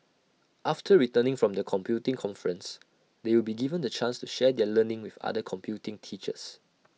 after returning from the computing conference they will be given the chance to share their learning with other computing teachers